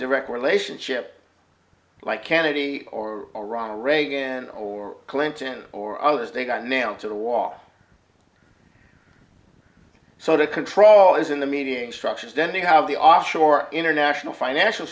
direct relationship like canada or a ronald reagan or clinton or others they got nailed to the wall so the control is in the meeting structures then you have the offshore international financial